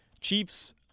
Chiefs